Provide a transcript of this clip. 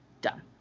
done